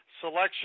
selection